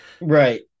right